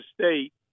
state